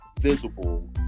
visible